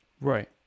Right